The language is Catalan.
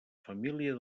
família